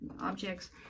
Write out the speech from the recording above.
objects